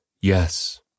Yes